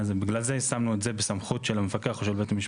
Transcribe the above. בגלל זה יישמנו את זה בסמכות של מפקח או של בית המשפט.